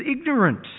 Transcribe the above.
ignorant